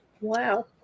Wow